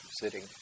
sitting